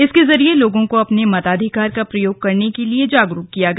इसके जरिए लोगों को अपने मताधिकार का प्रयोग करने के लिए जागरूक किया गया